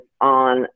on